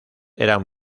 eran